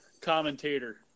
commentator